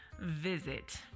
visit